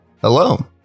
Hello